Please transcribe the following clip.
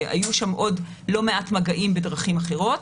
היו שם עוד לא מעט מגעים בדרכים אחרות,